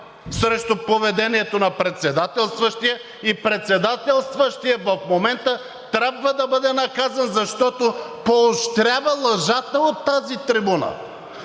срещу поведението на председателстващия и председателстващият в момента трябва да бъде наказан, защото поощрява лъжата от тази трибуна.